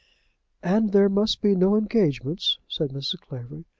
and there must be no engagements, said mrs. clavering.